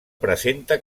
presenta